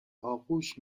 آغوش